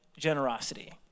generosity